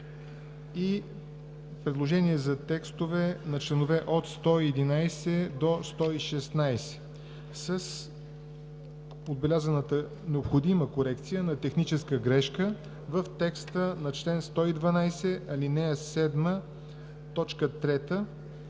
и предложения за текстове на чл. 111 – 116 с отбелязаната необходима корекция на техническата грешка в текста на чл. 112, ал. 7, т. 3,